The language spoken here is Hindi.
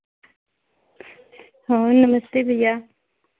हाँ नमस्ते भैया